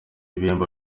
bihembo